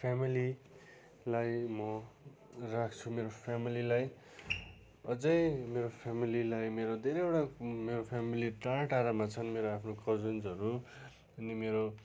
फेमिलीलाई म राख्छु मेरो फेमिलीलाई अझै मेरो फेमिलीलाई मेरो धेरैवटा मेरो फेमिली टाढ टाढामा छन् मेरो आफ्नो कजन्सहरू अनि मेरो